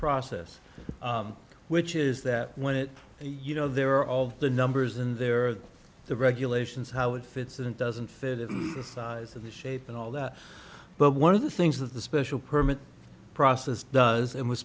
process which is that when it you know there are all the numbers in there are the regulations how it fits in and doesn't fit the size of the shape and all that but one of the things that the special permit process does and was